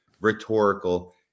rhetorical